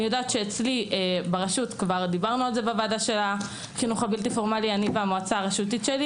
אני יודעת שאצלי, ברשות, אני והמועצה הרשותית שלי,